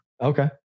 Okay